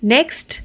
Next